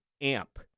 Amp